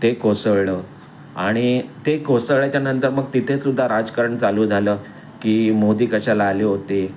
ते कोसळलं आणि ते कोसळ्याच्यानंतर मग तिथेसुद्धा राजकारण चालू झालं की मोदी कशाला आले होते